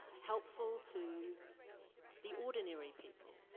helpful to the ordinary people.